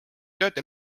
tööde